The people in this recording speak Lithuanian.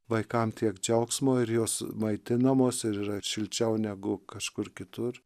vaikam tiek džiaugsmo ir jos maitinamos ir yra šilčiau negu kažkur kitur